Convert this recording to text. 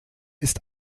ist